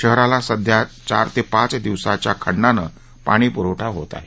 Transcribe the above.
शहराला सध्या चार ते पाच दिवसांच्या खंडानं पाणी प्रवठा होत आहे